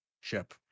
ship